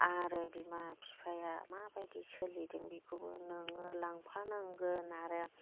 आरो बिमा बिफाया माबायदि सोलिदों बेखौबो नोङो लांफानांगोन आरो